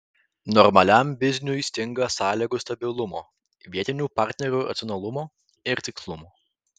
normaliam bizniui stinga sąlygų stabilumo vietinių partnerių racionalumo ir tikslumo